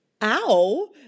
Ow